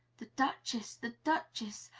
the duchess! the duchess!